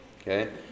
Okay